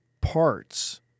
parts